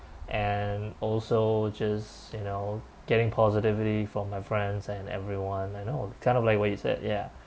and also just you know getting positivity from my friends and everyone I know kind of like what you said ya